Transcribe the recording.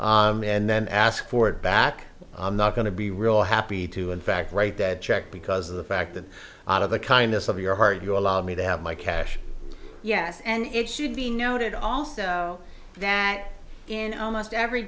and then ask for it back i'm not going to be real happy to in fact write that check because of the fact that out of the kindness of your heart you allowed me to have my cash yes and it should be noted also that in almost every